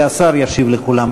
והשר ישיב לכולם.